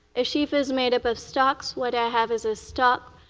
a sheath is made up of stocks. what i have is a stock.